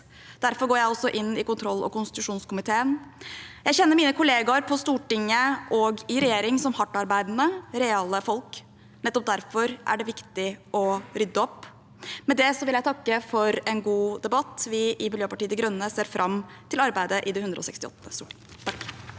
Derfor går jeg også inn i kontroll- og konstitusjonskomiteen. Jeg kjenner mine kollegaer på Stortinget og i regjering som hardtarbeidende, reale folk. Nettopp derfor er det viktig å rydde opp. Med det vil jeg takke for en god debatt. Vi i Miljøpartiet De Grønne ser fram til arbeidet i det 168. storting. Erna